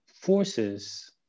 forces